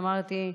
ואמרתי,